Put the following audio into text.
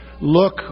Look